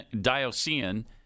diocesan